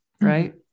right